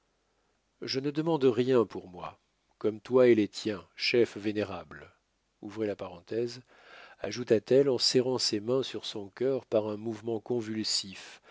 je ne demande rien pour moi comme toi et les tiens chef vénérable ajouta-t-elle en serrant ses mains sur son cœur par un mouvement convulsif